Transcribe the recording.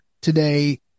today